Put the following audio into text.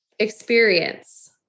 experience